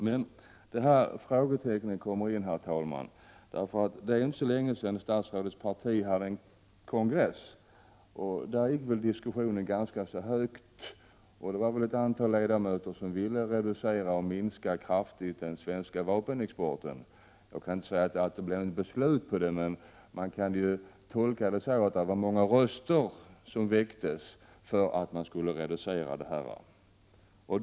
Men det är här frågetecknen kommer in, herr talman, därför att det är inte så länge sedan statsrådets parti hade en kongress där diskussionen gick ganska högt och ett antal ledamöter ville kraftigt minska den svenska vapenexporten. Jag kan inte säga att det blev beslut härom, men man kan tolka det så att många röster höjdes för att man skulle reducera exporten.